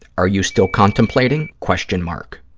are you still contemplating, question mark.